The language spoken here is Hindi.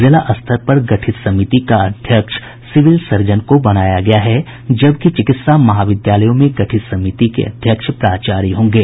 जिला स्तर पर गठित कमिटी का अध्यक्ष सिविल सर्जन को बनाया गया है जबकि चिकित्सा महाविद्यालयों में गठित समिति के अध्यक्ष प्राचार्य होंगे